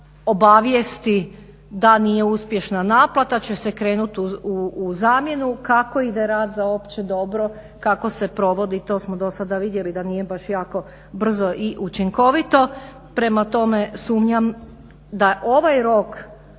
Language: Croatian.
da nije uspješna naplata će se krenuti u zamjenu, kako ide rad za opće dobro, kako se provodi to smo vidjeli da nije baš jako brzo i učinkovito. Prema tome sumnjam da ovaj rok